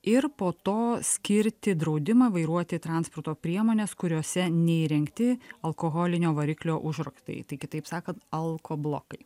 ir po to skirti draudimą vairuoti transporto priemones kuriose neįrengti alkoholinio variklio užraktai kitaip sakant alko blokai